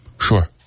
Sure